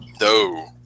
No